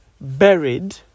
buried